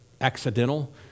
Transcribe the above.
accidental